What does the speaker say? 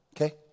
Okay